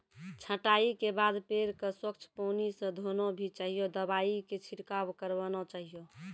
छंटाई के बाद पेड़ क स्वच्छ पानी स धोना भी चाहियो, दवाई के छिड़काव करवाना चाहियो